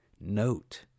Note